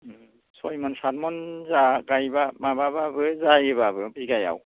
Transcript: सयमन साथमन गायब्ला माबाबाबो जायोब्लाबो बिगायाव